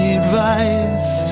advice